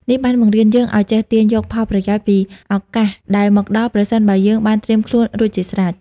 នេះបានបង្រៀនយើងឱ្យចេះទាញយកផលប្រយោជន៍ពីឱកាសដែលមកដល់ ប្រសិនបើយើងបានត្រៀមខ្លួនរួចជាស្រេច។